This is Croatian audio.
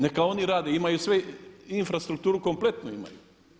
Neka oni rade, imaju svi infrastrukturu kompletnu imaju.